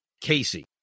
Casey